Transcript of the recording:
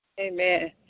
Amen